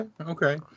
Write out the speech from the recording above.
okay